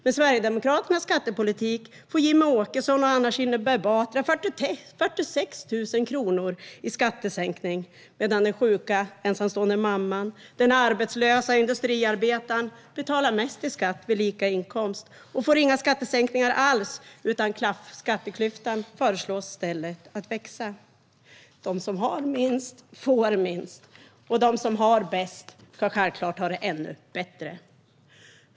Med Sverigedemokraternas skattepolitik får Jimmie Åkesson och Anna Kinberg Batra 46 000 kronor i skattesänkning, medan den sjuka, ensamstående mamman och den arbetslösa industriarbetaren betalar mest i skatt vid lika inkomst och inte får några skattesänkningar alls - skatteklyftan föreslås i stället växa. De som har minst får minst, och de som har det bäst ska självklart ha det ännu bättre.